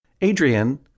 Adrian